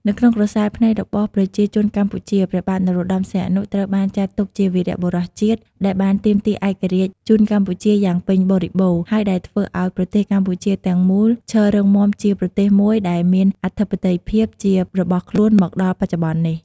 នៅក្នុងក្រសែរភ្នែករបស់ប្រជាជនកម្ពុជា ព្រះបាទនរោត្តមសីហនុ ត្រូវបានចាត់ទុកជាវីរៈបុរសជាតិ ដែលបានទាមទារឯករាជ្យជូនកម្ពុជាយ៉ាងពេញបរិបូរណ៍ ហើយដែលធ្វើឱ្យប្រទេសកម្ពុជាទាំងមូលឈររឹងមាំជាប្រទេសមួយដែលមានអធិបតេយ្យភាពជារបស់ខ្លួនមកដល់បច្ចុប្បន្ននេះ ។